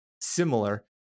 similar